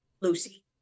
lucy